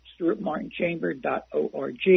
stuartmartinchamber.org